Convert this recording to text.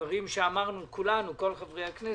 דברים שאמרנו כולנו, כל חברי הכנסת,